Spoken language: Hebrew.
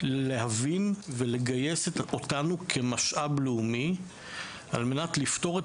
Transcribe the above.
להבין ולגייס אותנו כמשאב לאומי כדי לפתור את